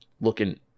looking